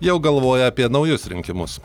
jau galvoja apie naujus rinkimus